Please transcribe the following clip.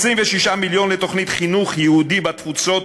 26 מיליון לתוכנית חינוך יהודי בתפוצות